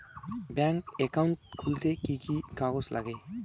Bank account খুলতে কি কি কাগজ লাগে?